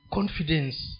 Confidence